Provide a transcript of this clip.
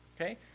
Okay